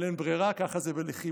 אבל אין ברירה, ככה זה בלחימה.